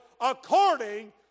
according